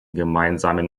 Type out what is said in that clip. gemeinsamen